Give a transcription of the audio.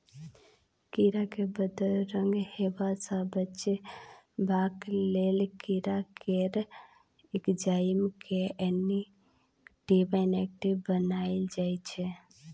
कीरा केँ बदरंग हेबा सँ बचेबाक लेल कीरा केर एंजाइम केँ इनेक्टिब बनाएल जाइ छै